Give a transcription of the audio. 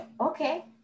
Okay